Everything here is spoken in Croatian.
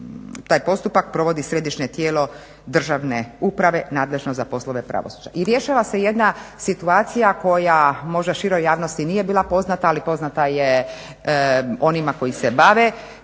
taj postupak provodi središnje tijelo državne uprave nadležno za poslove pravosuđa. I rješava se jedan situacija koja možda široj javnosti nije bila poznata ali poznata je onima koji se bave